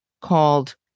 called